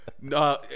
No